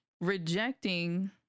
rejecting